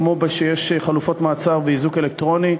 כמו שיש חלופות מעצר באיזוק אלקטרוני,